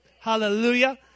Hallelujah